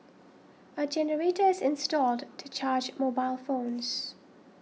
a generator is installed to charge mobile phones